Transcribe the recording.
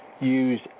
use